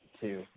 two